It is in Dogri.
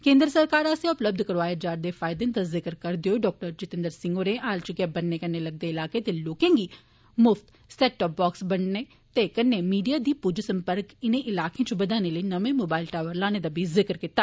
केंद्र सरकार आस्सेआ उपलब्ध कराए जा रदे फायदें गी गिनांदे होई डॉ सिंह होरें हाल च गै बन्ने कन्नै लगदे इलाकें दे लोकें गी मुफ्त सेट टॉप बाक्स बंडने ते कन्ने मीडिया दी पुज्ज संपर्क इनें इलाकें च बदाने लेई नमें मोबाइल टावर लाने दा बी ज़िक्र कीता